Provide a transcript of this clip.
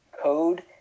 Code